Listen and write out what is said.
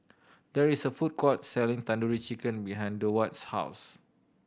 there is a food court selling Tandoori Chicken behind Durward's house